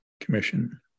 commission